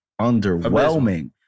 underwhelming